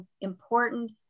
important